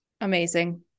Amazing